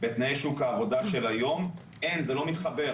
בתנאי שוק העבודה של היום זה לא מתחבר,